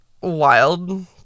wild